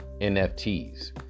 NFTs